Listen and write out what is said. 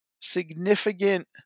significant